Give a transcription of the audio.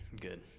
Good